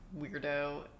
weirdo